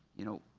you know,